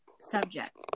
subject